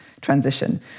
transition